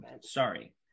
Sorry